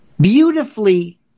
Beautifully